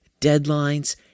deadlines